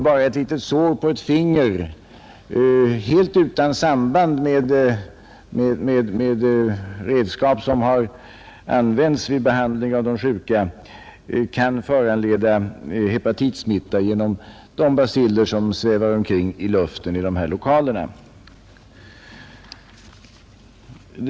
Bara ett litet sår på ett finger, helt utan samband med redskap som använts vid behandling av de sjuka, kan föranleda hepatitsmitta genom de baciller som svävar omkring i luften i dessa lokaler.